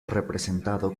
representado